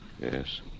Yes